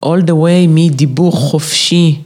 All the way מדיבור חופשי